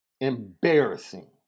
embarrassing